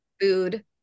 Food